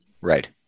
Right